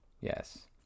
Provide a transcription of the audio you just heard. Yes